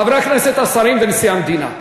חברי הכנסת, השרים ונשיא המדינה.